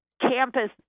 campus